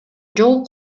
жол